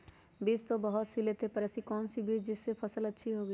बीज तो बहुत सी लेते हैं पर ऐसी कौन सी बिज जिससे फसल अच्छी होगी?